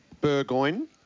Burgoyne